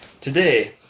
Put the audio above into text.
today